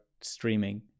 streaming